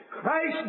Christ